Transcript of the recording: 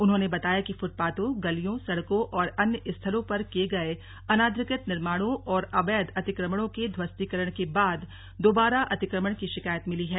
उन्होंने बताया कि फुटपाथों गलियों सड़कों और अन्य स्थलों पर किये गये अनधिकृत निर्माणों और अवैध अतिक्रमणों के ध्वस्तीकरण के बाद दोबारा अतिक्रमण की शिकायत मिली है